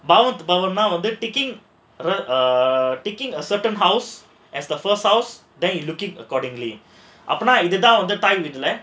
பாவத்தின் பாவம் நா வந்து:paavathin paavamnaa vandhu taking err certain house as the first house then you looking accordingly அப்போனா இது தான் வந்து தாய் வீடுல:apponaa idhuthaan vandhu thaai veetla